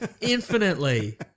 Infinitely